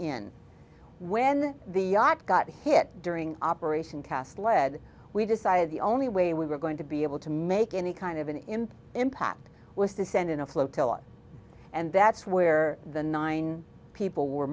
in when the got hit during operation cast lead we decided the only way we were going to be able to make any kind of an in impact was to send in a flotilla and that's where the nine people were